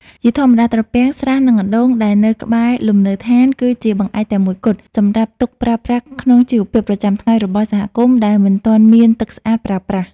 ជាធម្មតា ត្រពាំង ស្រះ និងអណ្ដូងដែលនៅក្បែរលំនៅដ្ឋាន គឺជាបង្អែកតែមួយគត់សម្រាប់ទុកប្រើប្រាស់ក្នុងជីវភាពប្រចាំថ្ងៃរបស់សហគមន៍ដែលមិនទាន់មានទឹកស្អាតប្រើប្រាស់។